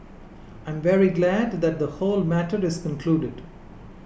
I am very glad that the whole matter is concluded